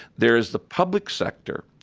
there is the public sector,